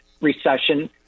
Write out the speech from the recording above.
recession